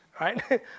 right